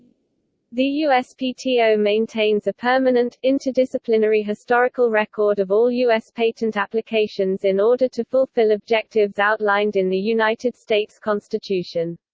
the uspto maintains a permanent, interdisciplinary historical record of all u s. patent applications in order to fulfill objectives outlined in the united states constitution.